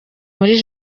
muri